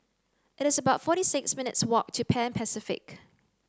it is about forty six minutes' walk to Pan Pacific